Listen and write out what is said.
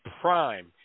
prime